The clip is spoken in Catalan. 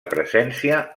presència